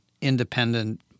independent